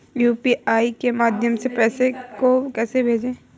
UPI के माध्यम से पैसे को कैसे भेजें?